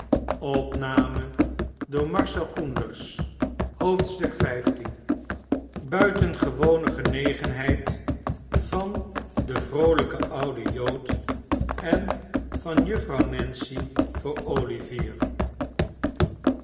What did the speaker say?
buitengewone genegenheid tan den vroolijkbn ouden jood en van juffrouw nancy voor olivier